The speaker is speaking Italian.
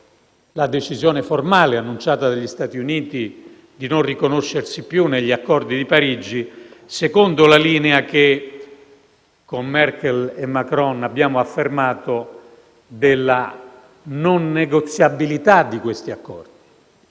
la decisione formale, annunciata dagli Stati Uniti, di non riconoscersi più negli accordi di Parigi, secondo la linea che con Merkel e Macron abbiamo affermato della non negoziabilità di questi accordi.